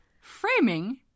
framing